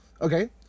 Okay